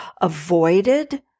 avoided